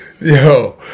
yo